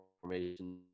formation